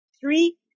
three